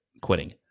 quitting